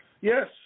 Yes